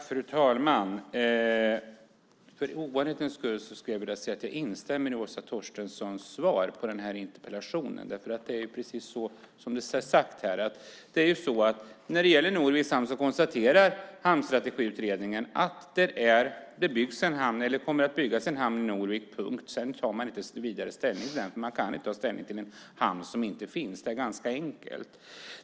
Fru talman! För ovanlighetens skull skulle jag vilja säga att jag instämmer i Åsa Torstenssons svar på den här interpellationen. Det är precis som sagts här, att när det gäller Norviks hamn konstaterar Hamnstrategiutredningen att det kommer att byggas en hamn i Norvik - punkt. Sedan tar man inte vidare ställning. Man kan inte ta ställning till en hamn som inte finns. Det är ganska enkelt.